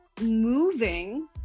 moving